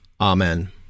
Amen